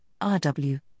RW